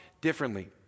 differently